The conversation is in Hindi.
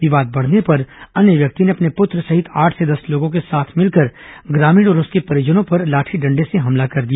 विवाद बढ़ने पर अन्य व्यक्ति ने अपने पुत्र सहित आठ से दस लोगों के साथ मिलकर ग्रामीण और उसके परिजनों पर लाठी डंडे से हमला कर दिया